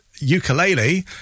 ukulele